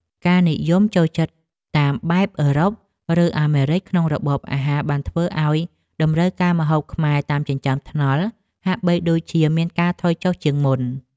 ការនិយមចូលចិត្តតាមបែបអឺរ៉ុប ឬអាមេរិកក្នុងរបបអាហារបានធ្វើឲ្យតម្រូវការម្ហូបខ្មែរតាមចិញ្ចើមថ្នល់ហាក់បីដូចជាមានការថយចុះជាងមុន។